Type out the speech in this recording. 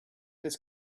this